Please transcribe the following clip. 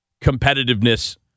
competitiveness